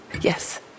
Yes